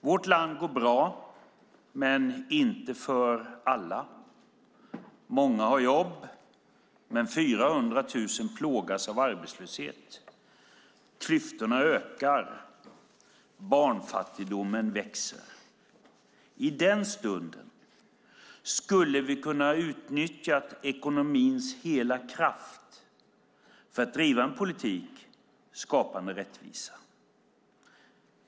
Vårt land går bra, men inte för alla. Många har jobb, men 400 000 plågas av arbetslöshet. Klyftorna ökar, barnfattigdomen växer. I den stunden skulle vi kunnat utnyttja ekonomins hela kraft för att driva en politik skapande rättvisa.